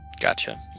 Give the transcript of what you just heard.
Gotcha